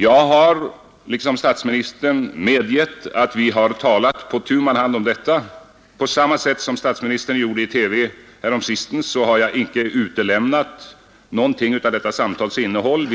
Jag har liksom statsministern medgivit att vi talat på tu man hand om detta, och liksom statsministern häromsistens i TV inte utlämnade något har inte heller jag sagt något om dessa samtals innehåll.